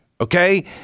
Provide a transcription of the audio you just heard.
Okay